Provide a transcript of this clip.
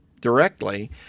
directly